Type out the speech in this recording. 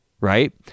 right